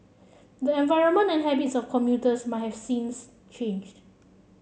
the environment and habits of commuters might have since changed